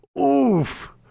oof